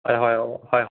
হয় হয় অঁ হয়